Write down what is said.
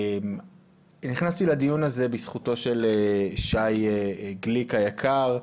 נכנסתי לדיון הזה בזכותו של שי גליק היקר,